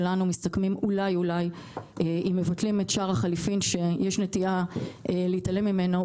אם מבטלים את שער החליפין שיש נטייה להתעלם ממנו,